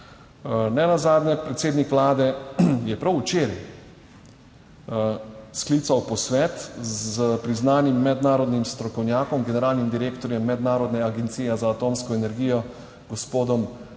Nenazadnje, predsednik Vlade je prav včeraj sklical posvet s priznanim mednarodnim strokovnjakom, generalnim direktorjem Mednarodne agencije za atomsko energijo, gospodom